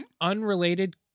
Unrelated